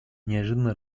неожиданно